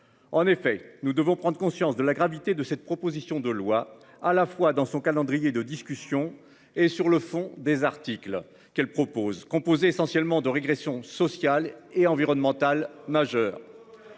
En effet, nous devons prendre conscience de la gravité de cette proposition de loi à la fois dans son calendrier de discussions et sur le fond des articles qu'elle propose, composée essentiellement de régression sociale et environnementale majeure.